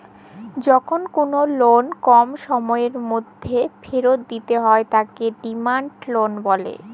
যখন কোনো লোন কম সময়ের মধ্যে ফেরত দিতে হয় তাকে ডিমান্ড লোন বলে